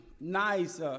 nice